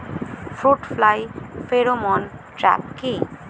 Fruit fly pheromone trap কি?